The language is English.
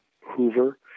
Hoover